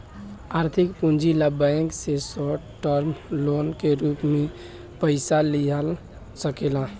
आर्थिक पूंजी ला बैंक से शॉर्ट टर्म लोन के रूप में पयिसा लिया सकेला